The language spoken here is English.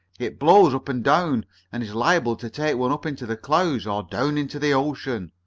it blows up and down and is liable to take one up into the clouds or down into the ocean.